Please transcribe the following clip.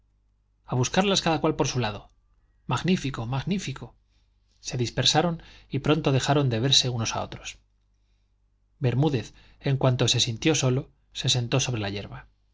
a buscarlas cada cual por su lado magnífico magnífico se dispersaron y pronto dejaron de verse unos a otros bermúdez en cuanto se sintió solo se sentó sobre la yerba